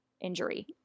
injury